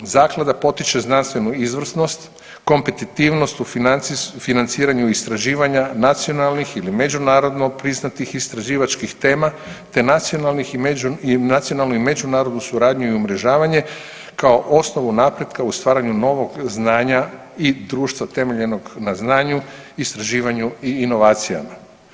Zaklada potiče znanstvenu izvrsnost, kompetitivnost u financiranju istraživanja, nacionalnih ili međunarodno priznatih istraživačkih tema te nacionalnih, nacionalnu i međunarodnu suradnju i umrežavanje kao osnovu napretka u stvaranju novog znanja i društva temeljenog na znanju, istraživanju i inovacijama.